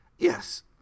Yes